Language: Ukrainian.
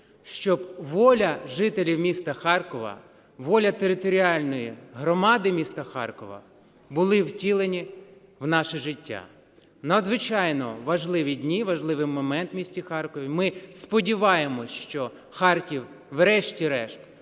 щоб воля жителів міста Харкова, воля територіальної громади міста Харкова були втілені а наше життя. Надзвичайно важливі дні, важливий момент в місті Харкові, ми сподіваємось, що Харків врешті-решт